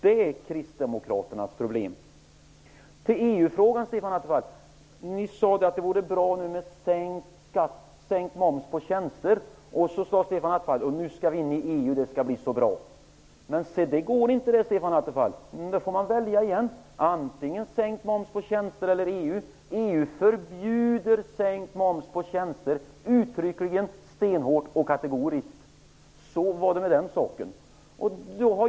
Det är kristdemokraternas problem. Jag skall nu gå över till EU-frågan. Stefan Attefall sade att det vore bra med sänkt moms på tjänster. Sedan sade han: Nu skall vi in i EU. Det skall bli så bra. Det går inte, Stefan Attefall. Nu får ni välja igen, antingen sänkt moms på tjänster eller EU. EU förbjuder stenhårt och kategoriskt sänkt moms på tjänster. Så var det med den saken.